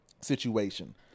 situation